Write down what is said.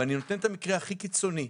אתן דוגמה קיצונית,